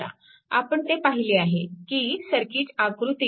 आपण ते पाहिलेआहे की सर्किट आकृती 4